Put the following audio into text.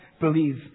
believe